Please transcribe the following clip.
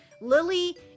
Lily